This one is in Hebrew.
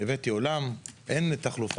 הבאתי עולם, אין תחלופה.